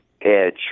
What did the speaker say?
edge